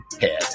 head